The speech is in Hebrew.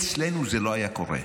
אצלנו זה לא היה קורה.